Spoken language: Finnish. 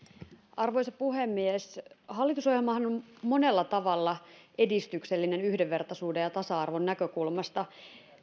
arvoisa puhemies hallitusohjelmahan on monella tavalla edistyksellinen yhdenvertaisuuden ja tasa arvon näkökulmasta